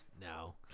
No